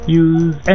use